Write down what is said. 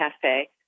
cafe